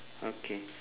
okay